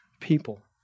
people